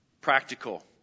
practical